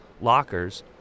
lockers